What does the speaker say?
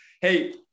Hey